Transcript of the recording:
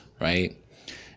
Right